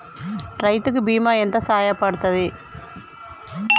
రైతు కి బీమా ఎంత సాయపడ్తది?